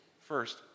First